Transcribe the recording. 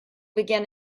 begin